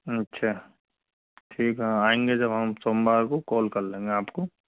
अच्छा ठीक है आएँगे जब हम सोमवार को कॉल कर लेंगे आपको